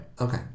okay